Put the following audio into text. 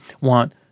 want